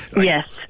Yes